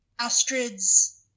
Astrid's